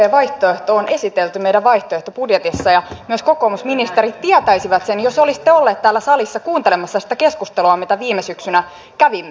sdpn vaihtoehto on esitelty meidän vaihtoehtobudjetissamme ja myös kokoomusministerit tietäisivät sen jos olisitte olleet täällä salissa kuuntelemassa sitä keskustelua mitä viime syksynä kävimme